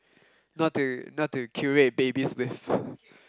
not to not to curate babies with